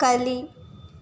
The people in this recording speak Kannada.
ಕಲಿ